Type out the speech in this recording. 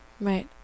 Right